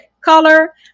color